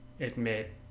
admit